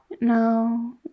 No